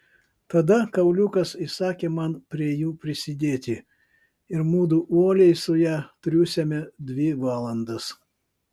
tada kauliukas įsakė man prie jų prisidėti ir mudu uoliai su ja triūsėme dvi valandas